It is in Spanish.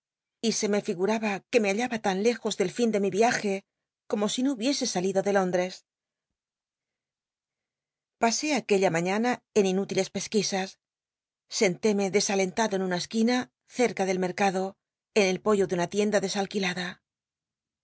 y se me liguraba que me hallaba tan lejos del lln de mi viaje como si no hubiese salido de lóndres pasé aquella mañana en inútiles pesquisas scntéme desalen tado en una esquina cerca del mercado en el poyo de una tienda desalquilada